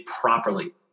properly